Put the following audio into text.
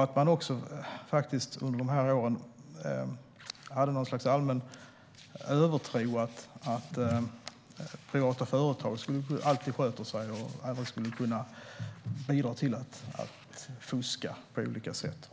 Under dessa år hade man också något slags allmän övertro på att privata företag alltid sköter sig och aldrig skulle kunna bidra till att fuska på olika sätt.